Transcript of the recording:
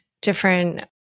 different